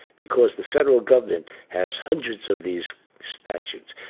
because the federal government has hundreds of these statutes.